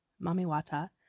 Mamiwata